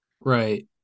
Right